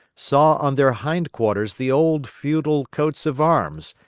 saw on their hindquarters the old feudal coats of arms,